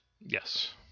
Yes